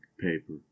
paper